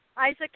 Isaac